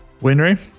Winry